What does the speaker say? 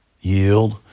yield